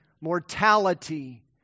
mortality